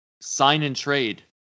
sign-and-trade